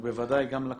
ובוודאי גם לקבוצות.